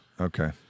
Okay